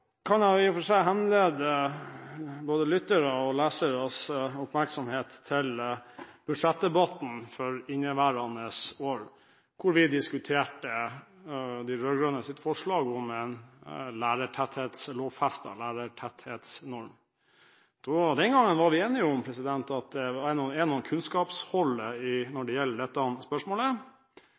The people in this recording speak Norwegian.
kan jeg i og for seg henlede både lytternes og lesernes oppmerksomhet på budsjettdebatten for inneværende år, da vi diskuterte de rød-grønnes forslag om en lovfestet lærertetthetsnorm. Den gangen var vi enige om at det var kunnskapshull når det gjelder dette spørsmålet.